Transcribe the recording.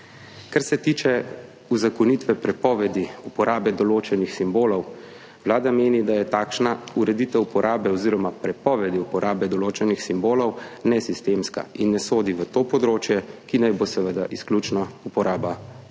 Kar se tiče uzakonitve prepovedi uporabe določenih simbolov, Vlada meni, da je takšna ureditev uporabe oziroma prepovedi uporabe določenih simbolov nesistemska in ne sodi na to področje, ki naj bo seveda izključno uporaba